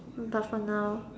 but for now